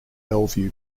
bellevue